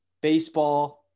baseball